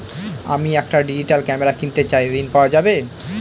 আমি একটি digital camera কিনতে চাই ঝণ পাওয়া যাবে?